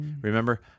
Remember